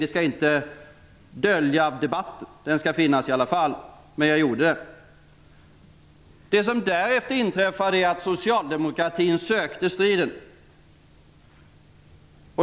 Det skall inte dölja debatten, utan den skall finnas i alla fall, men jag gjorde det. Det som därefter inträffade är att Socialdemokratin sökte striden.